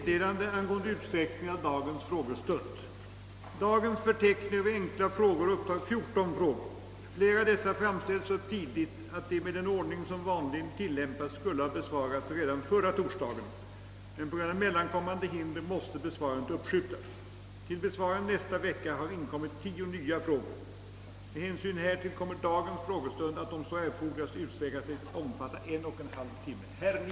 Dagens förteckning över enkla frågor upptar 14 frågor. Flera av dessa framställdes så tidigt, att de med den ordning som vanligen tillämpas skulle ha besvarats redan förra torsdagen, men på grund av mellankommande hinder måste besvarandet uppskjutas. Till besvarande nästa vecka har inkommit 10 nya frågor. Med hänsyn härtill kommer dagens frågestund att, om så erfordras, utsträckas till att omfatta en och en halv timme.